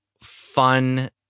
fun